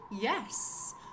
yes